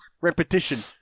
Repetition